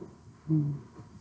um